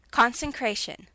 Consecration